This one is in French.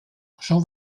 jean